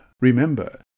Remember